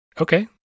Okay